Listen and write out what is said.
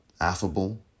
affable